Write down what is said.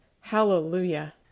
Hallelujah